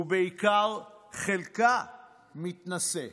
ובעיקר חלקה מתנשא,